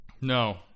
No